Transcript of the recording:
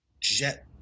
Jet